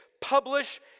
Publish